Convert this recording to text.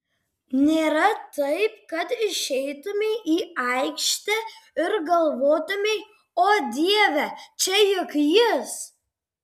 nėra taip kad išeitumei į aikštę ir galvotumei o dieve čia juk jis